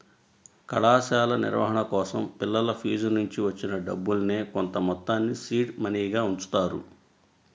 కళాశాల నిర్వహణ కోసం పిల్లల ఫీజునుంచి వచ్చిన డబ్బుల్నే కొంతమొత్తాన్ని సీడ్ మనీగా ఉంచుతారు